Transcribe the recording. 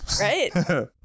Right